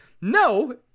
no